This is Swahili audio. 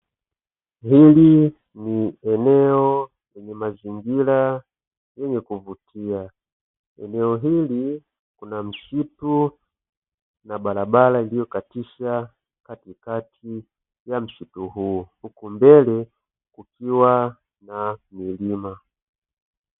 Hili ni eneo lenye mazingira yenye kuvutia, eneo hili kuna msitu na barabara iliyokatisha katikati ya msitu huo huku mbele kukiwa na milima.